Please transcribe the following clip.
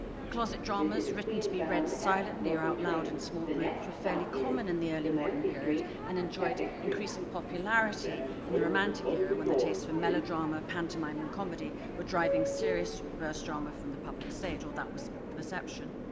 closet dramas written to be read silently or out loud in small groups were fairly common in the early modern period and enjoyed increasing popularity in the romantic era when the taste for melodrama, pantomime and comedy were driving serious verse drama from the public stage or that was the